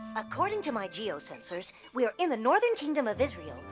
according to my geosensors, we are in the northern kingdom of israel,